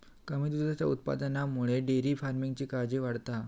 कमी दुधाच्या उत्पादनामुळे डेअरी फार्मिंगची काळजी वाढता हा